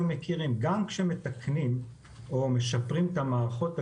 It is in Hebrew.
מכירים גם כשמתקנים או משפרים את המערכות הגדולות,